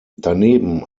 daneben